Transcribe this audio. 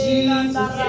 Jesus